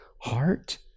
heart